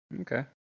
Okay